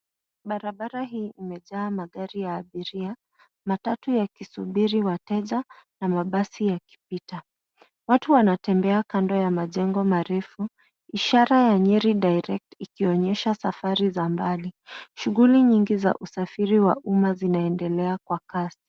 Barabara hii imejaa magari ya abiria, matatu yakisubiri wateja na mabasi yakipita. Watu wanatembea kando ya majengo marefu, ishara ya Nyeri Direct ikionyesha safari za mbali. Shughuli nyingi za usafiri wa umma zinaendelea kwa kasi.